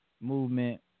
movement